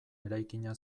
eraikina